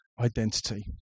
identity